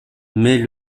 mais